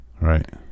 Right